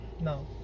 No